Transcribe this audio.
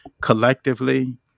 collectively